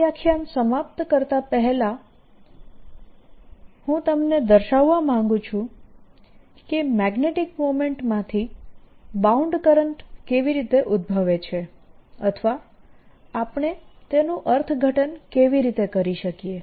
આ વ્યાખ્યાન સમાપ્ત કરતા પહેલા હું તમને દર્શાવવા માંગું છું કે મેગ્નેટીક મોમેન્ટ માંથી બાઉન્ડ કરંટ કેવી રીતે ઉદભવે છે અથવા આપણે તેનું અર્થઘટન કેવી રીતે કરી શકીએ